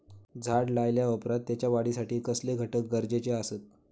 झाड लायल्या ओप्रात त्याच्या वाढीसाठी कसले घटक गरजेचे असत?